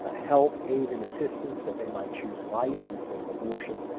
ah health, aid, and assistance that they may choose life instead of abortion.